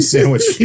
Sandwich